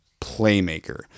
playmaker